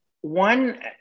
one